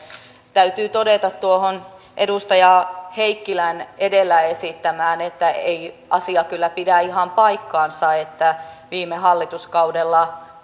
täytyy todeta tuohon edustaja heikkisen edellä esittämään että ei se kyllä pidä ihan paikkaansa että viime hallituskaudella